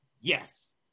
Yes